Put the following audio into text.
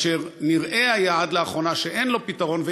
ונראה היה עד לאחרונה שאין לו פתרון,